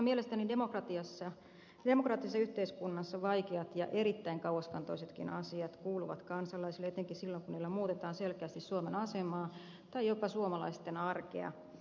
mielestäni demokraattisessa yhteiskunnassa vaikeat ja erittäin kauaskantoisetkin asiat kuuluvat kansalaisille etenkin silloin kun niillä muutetaan selkeästi suomen asemaa tai jopa suomalaisten arkea